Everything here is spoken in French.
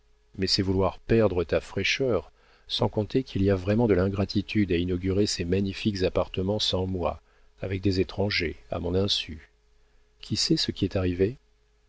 mais c'est vouloir perdre ta fraîcheur sans compter qu'il y a vraiment de l'ingratitude à inaugurer ces magnifiques appartements sans moi avec des étrangers à mon insu qui sait ce qui est arrivé